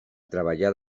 treballar